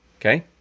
Okay